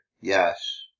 yes